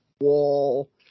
wall